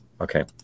Okay